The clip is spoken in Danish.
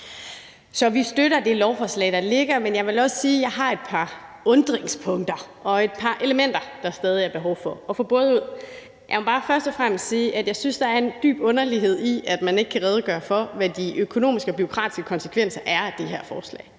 Så vi støtter det lovforslag, der ligger, men jeg vil også sige, at jeg har et par punkter, der undrer mig, og et par elementer, der stadig er behov for at få boret ud. Jeg må bare først og fremmest sige, at der er noget dybt underligt i, at man ikke kan redegøre for, hvad de økonomiske og bureaukratiske konsekvenser er af det her forslag.